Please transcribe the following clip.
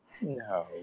No